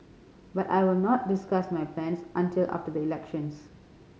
but I will not discuss my plans until after the elections